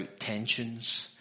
tensions